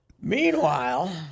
Meanwhile